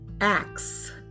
Acts